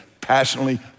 passionately